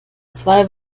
zwei